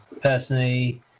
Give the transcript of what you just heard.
personally